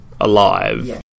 alive